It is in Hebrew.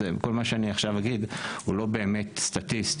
כל מה שאני עכשיו אגיד הוא לא באמת סטטיסטי,